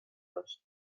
داشتیم